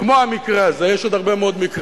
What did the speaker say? וכמו המקרה הזה יש עוד הרבה מקרים.